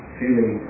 feeling